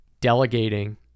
delegating